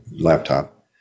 laptop